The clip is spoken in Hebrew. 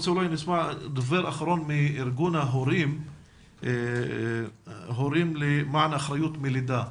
אני רוצה לשמוע דובר אחרון מארגון הורים למען אחריות מלידה.